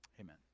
Amen